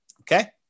Okay